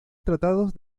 tratados